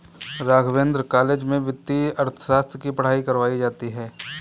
Raghavendra college में वित्तीय अर्थशास्त्र की पढ़ाई करवायी जाती है